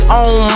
on